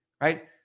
right